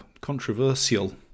Controversial